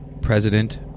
President